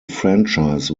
franchise